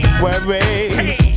worries